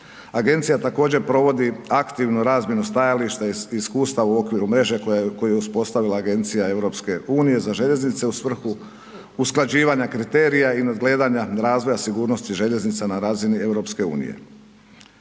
Agencija također provodi aktivnu razmjenu stajališta i iskustva u okviru mreže koju je uspostavila agencija EU-a za željeznice u svrhu usklađivanja kriterija i nadgledanja razvoja sigurnosti željeznica na razini EU-a.